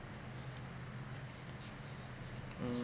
mm